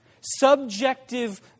subjective